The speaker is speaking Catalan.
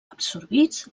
absorbits